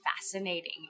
fascinating